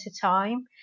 time